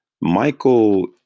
Michael